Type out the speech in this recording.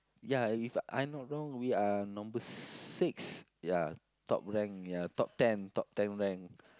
ya if I not wrong we are number six ya top rank ya top ten top ten rank